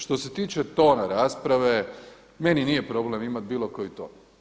Što se tiče tona rasprave, meni nije problem imati bilo koji ton.